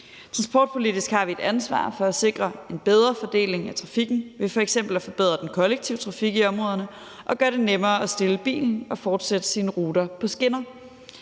Transportpolitisk har vi et ansvar for at sikre en bedre fordeling af trafikken ved f.eks. at forbedre den kollektive trafik i områderne og gøre det nemmere at stille bilen og fortsætte sin rejse på skinner.